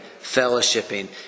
fellowshipping